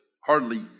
hardly